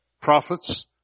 prophets